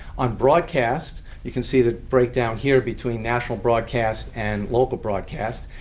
on broadcast, you can see the breakdown here between national broadcast and local broadcast.